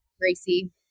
Gracie